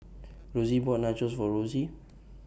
Rosy bought Nachos For Rosy